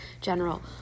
general